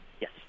Yes